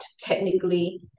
technically